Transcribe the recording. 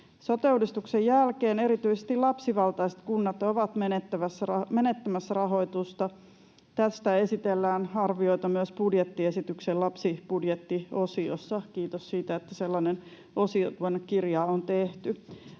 Sote-uudistuksen jälkeen erityisesti lapsivaltaiset kunnat ovat menettämässä rahoitusta. Tästä esitellään arvioita myös budjettiesityksen lapsibudjettiosiossa. — Kiitos siitä, että sellainen osio tuonne